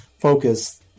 focus